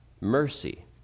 mercy